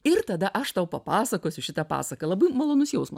ir tada aš tau papasakosiu šitą pasaką labai malonus jausmas